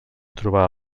trobar